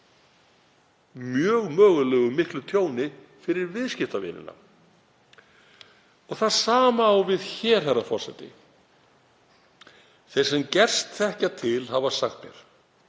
með mjög miklu tjóni fyrir viðskiptavinina. Það á við hér, herra forseti. Þeir sem gerst þekkja til hafa sagt mér: